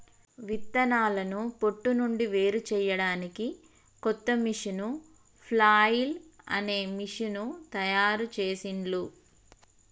విత్తనాలను పొట్టు నుండి వేరుచేయడానికి కొత్త మెషీను ఫ్లఐల్ అనే మెషీను తయారుచేసిండ్లు